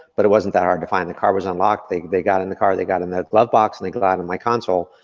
but it wasn't that hard to find. the car was unlocked, they they got in the car, they got in the glove box and they got in my console,